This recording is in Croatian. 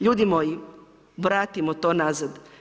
Ljudi moji, vratimo to nazad.